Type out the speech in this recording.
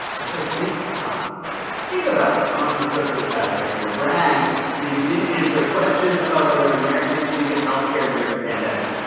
also think about think about how much of a sociopath you have to be to brag that you didn't answer a question about whether americans can get health care during a pandemic.